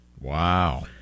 Wow